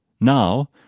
Now